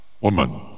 Woman